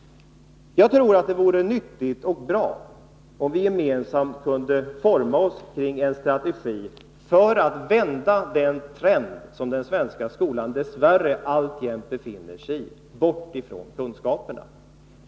Jag tror att det vore nyttigt och bra om vi gemensamt kunde forma oss kring en strategi för att vända den trend som den svenska skolan dess värre alltjämt präglas av, nämligen bort från kunskaperna.